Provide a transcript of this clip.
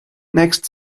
next